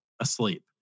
asleep